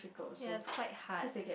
ya it's quite hard